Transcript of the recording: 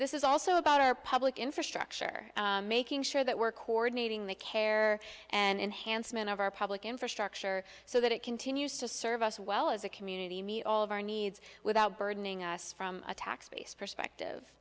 this is also about our public infrastructure making sure that we're coordinating the care and enhanced manner of our public infrastructure so that it continues to serve us well as a community meet all of our needs without burdening us from a tax base perspective